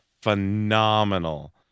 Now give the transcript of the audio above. phenomenal